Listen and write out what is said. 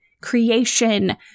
creation